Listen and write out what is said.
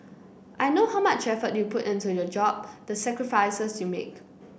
I know how much effort you put into your job the sacrifices you make